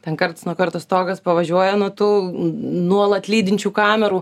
ten karts nuo karto stogas pavažiuoja nuo tų nuolat lydinčių kamerų